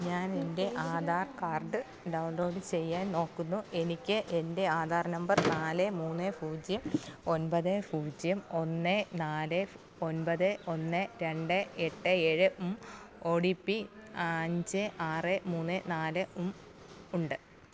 ഞാൻ എൻ്റെ Aadhaar card download ചെയ്യാൻ നോക്കുന്നു എനിക്ക് എൻ്റെ ആധാർ നമ്പർ നാല് മൂന്ന് പൂജ്യം ഒൻപത് പൂജ്യം ഒന്ന് നാല് ഒൻപത് ഒന്ന് രണ്ട് എട്ട് ഏഴ് ഒ ടി പി അഞ്ച് ആറ് മൂന്ന് നാല് ഉണ്ട്